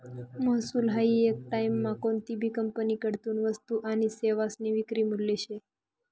महसूल हायी येक टाईममा कोनतीभी कंपनीकडतीन वस्तू आनी सेवासनी विक्री मूल्य शे